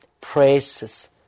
praises